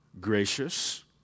gracious